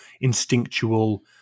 instinctual